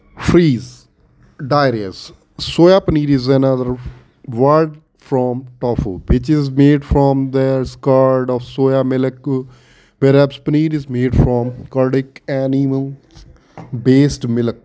freeze dried soya paneer is another word from tofu which is made from there of soya milk whereas paneer is made from ਕੋਡਿਕ and ਈਮਨ waste milk